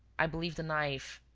i believe the knife.